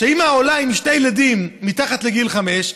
כשאימא עולה עם שני ילדים מתחת לגיל חמש,